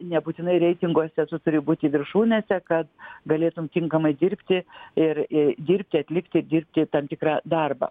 nebūtinai reitinguose tu turi būti viršūnėse kad galėtum tinkamai dirbti ir dirbti atlikti dirbti tam tikrą darbą